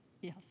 yes